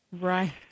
Right